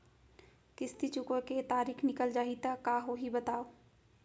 किस्ती चुकोय के तारीक निकल जाही त का होही बताव?